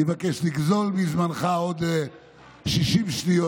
אני מבקש לגזול מזמנך עוד 60 שניות,